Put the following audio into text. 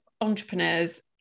entrepreneurs